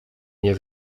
nie